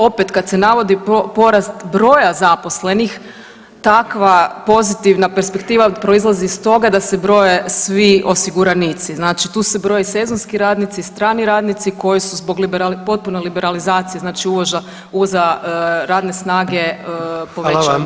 Opet, kad se navodi porast broja zaposlenih, takva pozitivna perspektiva proizlazi iz toga da se broje svi osiguranici, znači tu se broje sezonski radnici, strani radnici koji su zbog .../nerazumljivo/... potpune liberalizacije znači uvoza radne snage povećao im se broj.